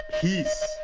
Peace